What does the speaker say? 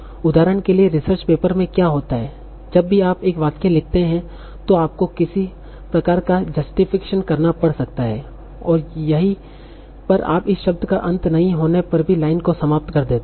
उदाहरण के लिए रिसर्च पेपर में क्या होता है जब भी आप एक वाक्य लिखते हैं तो आपको किसी प्रकार का जस्टिफिकेशन करना पड़ सकता है और यहीं पर आप इस शब्द का अंत नहीं होने पर भी लाइन को समाप्त कर देते हैं